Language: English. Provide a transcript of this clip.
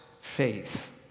faith